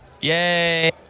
Yay